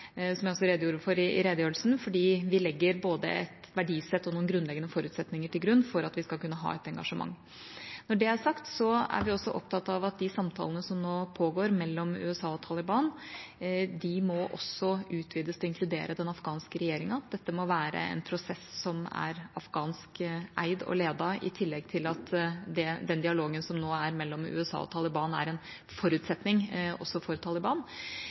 som jeg også redegjorde for i redegjørelsen, for vi legger både et verdisett og noen grunnleggende forutsetninger til grunn for at vi skal kunne ha et engasjement. Når det er sagt, er vi også opptatt av at de samtalene som nå pågår mellom USA og Taliban, må utvides til å inkludere den afghanske regjeringa. Dette må være en prosess som er afghanskeid og -ledet, i tillegg til at dialogen som nå pågår mellom USA og Taliban, er en forutsetning også for Taliban.